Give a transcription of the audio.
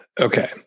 okay